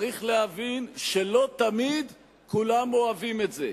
צריך להבין שלא תמיד כולם אוהבים את זה.